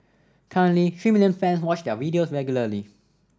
currently three million fans watch their videos regularly